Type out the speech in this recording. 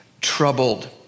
troubled